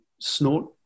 snort